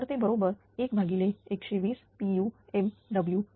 तर ते बरोबर 1120pu MWHz